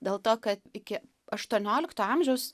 dėl to kad iki aštuoniolikto amžiaus